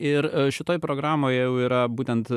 ir šitoj programoj jau yra būtent